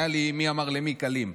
היו לי "מי אמר למי" קלים.